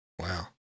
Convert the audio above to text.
Wow